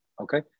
Okay